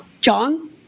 John